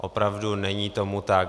Opravdu není tomu tak.